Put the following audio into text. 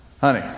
Honey